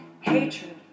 Hatred